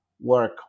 work